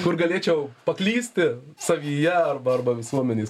kur galėčiau paklysti savyje arba arba visuomenės